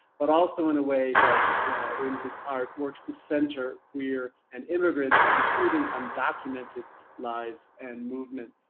but also in a way that in his art works to centre queered and immigrant, including undocumented lives and movement.